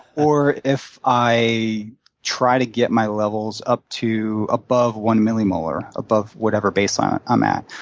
or if i try to get my levels up to above one millimolar, above whatever baseline i'm at.